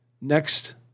next